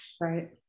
Right